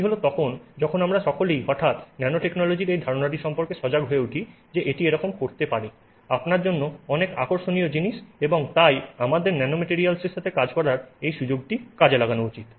এটি হল তখন যখন আমরা সকলেই হঠাৎ ন্যানোটেকনোলজির এই ধারণাটি সম্পর্কে সজাগ হয়ে উঠি যে এটি এরকম করতে পারে আপনার জন্য অনেক আকর্ষণীয় জিনিস এবং তাই আমাদের ন্যানোম্যাটিলিয়াসের সাথে কাজ করার এই সুযোগটি কাজে লাগানো উচিত